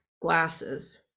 glasses